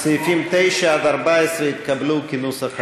סעיפים 9 14 התקבלו כנוסח הוועדה.